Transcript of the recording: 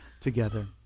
together